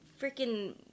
freaking